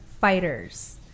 fighters